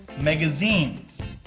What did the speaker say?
magazines